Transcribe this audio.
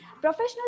professional